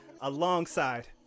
alongside